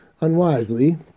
Unwisely